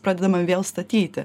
pradedama vėl statyti